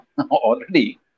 already